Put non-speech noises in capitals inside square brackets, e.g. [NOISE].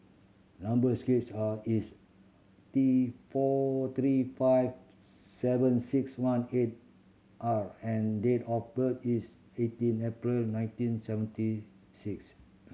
number [UNINTELLIGIBLE] are is T four three five seven six one eight R and date of birth is eighteen April nineteen seventy six